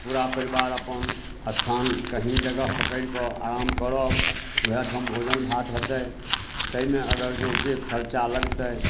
पूरा परिवार अपन स्थान कहीँ जगह पकड़िकऽ आराम करब ओहिठाम भोजन भात हेतै ताहिमे अगर जँ जे खरचा लगतै